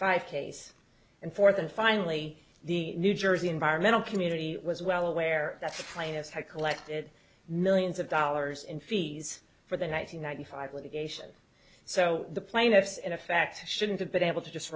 five case and forth and finally the new jersey environmental community was well aware that plaintiffs had collected millions of dollars in fees for the nine hundred ninety five litigation so the plaintiffs in effect shouldn't have been able to just